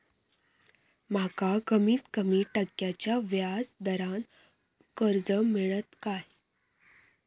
माका कमीत कमी टक्क्याच्या व्याज दरान कर्ज मेलात काय?